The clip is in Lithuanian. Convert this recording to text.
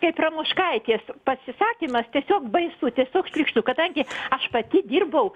kaip ramoškaitės pasisakymas tiesiog baisu tiesiog šlykštu kadangi aš pati dirbau